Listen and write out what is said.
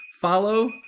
follow